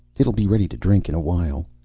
it'll be ready to drink in awhile.